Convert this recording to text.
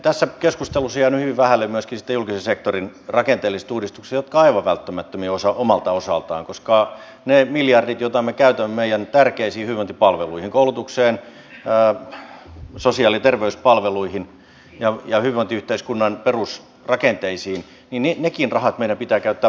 tässä keskustelussa on jäänyt hyvin vähälle myöskin sitten julkisen sektorin rakenteelliset uudistukset jotka ovat aivan välttämättömiä omalta osaltaan koska nekin rahat ne miljardit joita me käytämme meidän tärkeisiin hyvinvointipalveluihimme koulutukseen sosiaali ja terveyspalveluihin ja hyvinvointiyhteiskunnan perusrakenteisiin meidän pitää käyttää paljon tehokkaammin